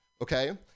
okay